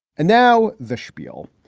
and now the spiel.